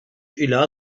ila